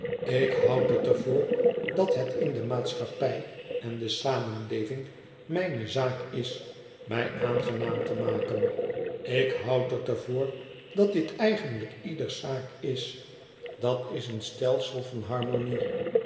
ik houd het er voor dat het in de maatschappij en de samenleving mijne zaak is mij aangenaam te maken ik houd het er voor dat dit eigenlijk ieders zaak is dat is een stelsel van harmonie